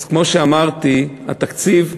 כמו שאמרתי, התקציב,